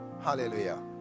Hallelujah